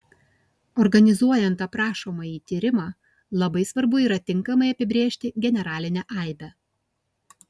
organizuojant aprašomąjį tyrimą labai svarbu yra tinkamai apibrėžti generalinę aibę